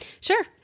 Sure